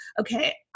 okay